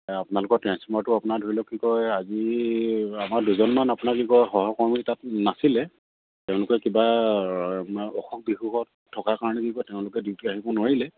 আপোনালোকৰ ট্ৰেঞ্চফাৰটো আপোনাৰ ধৰি লওক কি কয় আজি আমাৰ দুজনমান আপোনালোকৰ কি কয় সহকৰ্মী তাত নাছিলে তেওঁলোকে কিবা আপোনাৰ অসুখ বিসুখত থকাৰ কাৰণে কিবা তেওঁলোকে ডিউটি আহিব নোৱাৰিলে